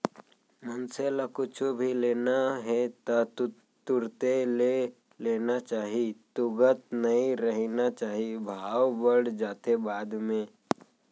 मनसे ल कुछु भी लेना हे ता तुरते ले लेना चाही तुगत नइ रहिना चाही भाव बड़ जाथे बाद म